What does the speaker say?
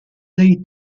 dei